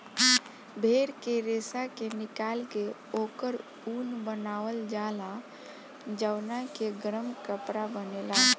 भेड़ के रेशा के निकाल के ओकर ऊन बनावल जाला जवना के गरम कपड़ा बनेला